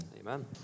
Amen